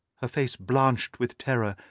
her face blanched with terror,